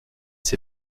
ses